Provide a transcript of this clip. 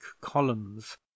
columns